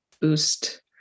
boost